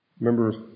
remember